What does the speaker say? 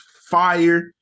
fire